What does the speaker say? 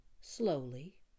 slowly